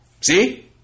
See